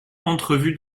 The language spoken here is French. entrevu